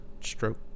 stroke